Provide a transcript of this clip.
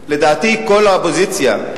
לדעתי כל האופוזיציה,